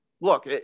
Look